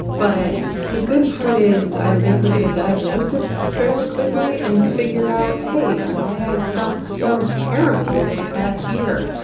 but the good part is i was able to get a diagnosis fairly quickly and figure out, hey, why i felt so terrible over the past year.